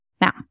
Now